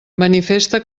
manifesta